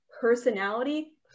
personality